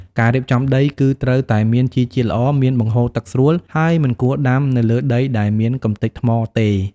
ការរៀបចំដីគឺត្រូវតែមានជីជាតិល្អ មានបង្ហូរទឹកស្រួល ហើយមិនគួរដាំនៅលើដីដែលមានកម្ទេចថ្មទេ។